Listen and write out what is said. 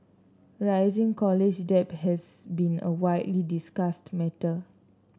rising college debt has been a widely discussed matter